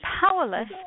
powerless